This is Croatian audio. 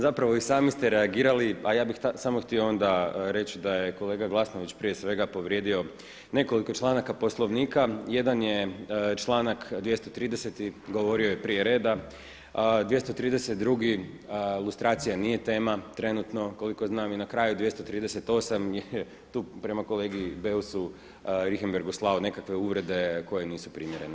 Zapravo i sami ste reagirali a ja bih samo onda htio reći da je kolega Glasnović prije svega povrijedio nekoliko članaka Poslovnika, jedan je članak 230., govorio je prije reda, 232. lustracija nije tema, trenutno koliko znam i na kraju 238. tu je prema kolegi Beusu Richemberghu slao nekakve uvrede koje nisu primjerene.